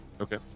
Okay